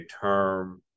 term